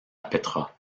petra